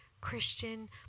Christian